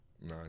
Nice